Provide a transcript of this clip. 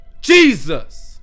Jesus